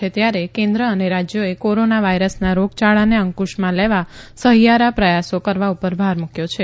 છે ત્યારે કેન્દ્ર અને રાજયોએ કોરોના વાયરસના રોગયાળાને અંકુશમાં લેવા સહિયારા પ્રયાસો કરવા પર ભાર મુકયો છે